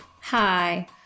Hi